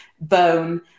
bone